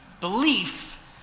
belief